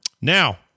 Now